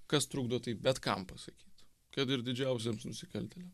kas trukdo taip bet kam pasakyt kad ir didžiausiems nusikaltėliam